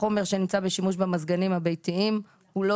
החומר שנמצא בשימוש במזגנים הביתיים הוא לא